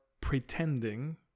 pretending